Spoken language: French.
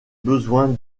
besoins